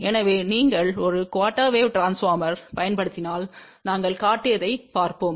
எனவே நீங்கள் ஒரு குஆர்டெர் வேவ் ட்ரான்ஸ்போர்மர்யைப் பயன்படுத்தினால் நாங்கள் காட்டியதைப் பார்ப்போம்